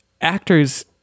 actors